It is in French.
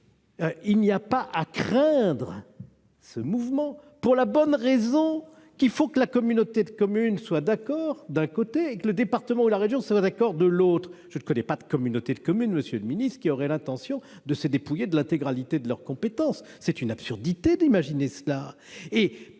Il n'y a rien à craindre de ce mouvement, pour la simple et bonne raison qu'il faut, d'un côté, que la communauté de communes soit d'accord, et, de l'autre, que le département ou la région soient également d'accord. Je ne connais pas de communauté de communes, monsieur le ministre, qui aurait l'intention de se dépouiller de l'intégralité de ses compétences. C'est une absurdité que d'imaginer cela